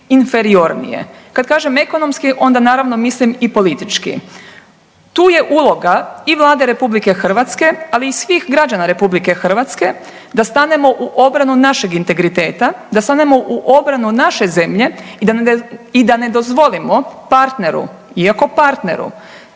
inferiornije. Kada kažem ekonomski onda naravno mislim i politički. Tu je uloga i Vlade Republike Hrvatske ali i svih građana Republike Hrvatske da stanemo u obranu našeg integriteta, da stanemo u obranu naše zemlje i da ne dozvolimo partneru, iako partneru,